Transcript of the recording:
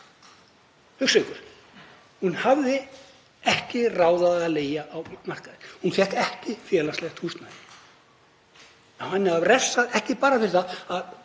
Hugsið ykkur, hún hafði ekki ráð á að leigja á markaði og fékk ekki félagslegt húsnæði. Henni var refsað, ekki bara fyrir að